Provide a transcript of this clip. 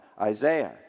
Isaiah